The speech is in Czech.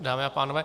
Dámy a pánové.